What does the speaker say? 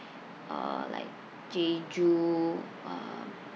uh like jeju um